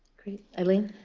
great. eileen?